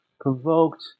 provoked